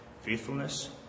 faithfulness